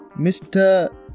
Mr